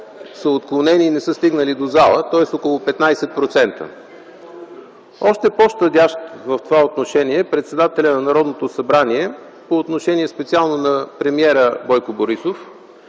са отклонени и не са стигнали до залата, тоест около 15%. Още по-щадящ в това отношение е председателят на Народното събрание по отношение специално на премиера Бойко Борисов,